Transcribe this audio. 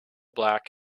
black